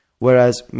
Whereas